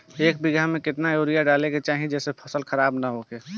एक बीघा में केतना यूरिया डाले के चाहि जेसे फसल खराब ना होख?